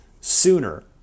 sooner